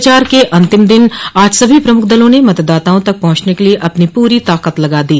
प्रचार के अन्तिम दिन आज सभी प्रमुख दलों ने मतदाताओं तक पहुंचने के लिए अपनी पूरी ताकत लगा दी